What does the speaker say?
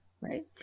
right